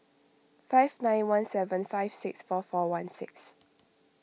five nine one seven five six four four one six